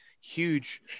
huge